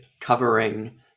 covering